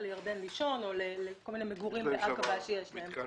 לירדן לישון או לכל מיני מגורים בעקבה שיש להם.